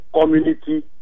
community